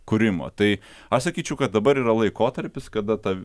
kūrimo tai aš sakyčiau kad dabar yra laikotarpis kada ta